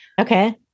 Okay